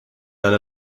none